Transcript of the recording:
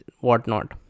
whatnot